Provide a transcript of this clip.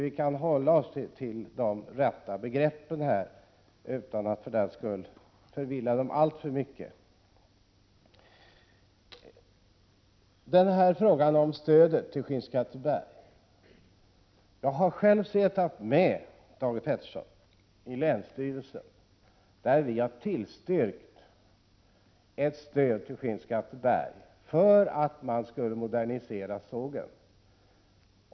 Vi borde kunna hålla oss till de rätta begreppen och inte villa bort dem alltför mycket. När det gäller frågan om stödet till Skinnskatteberg vill jag säga till Thage G Peterson att jag själv har suttit med i länsstyrelsens styrelse, när vi har tillstyrkt ett stöd till Skinnskatteberg för att man skulle modernisera sågen.